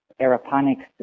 aeroponics